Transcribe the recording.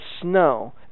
snow